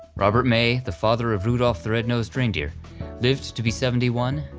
robert may, the father of rudolph the red-nosed reindeer lived to be seventy one,